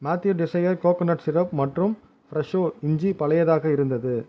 Matthew டெஸ்ஸயர் coconut syrup மற்றும் ஃப்ரெஷோ இஞ்சி பழையதாக இருந்தது